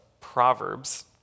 Proverbs